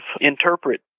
interpret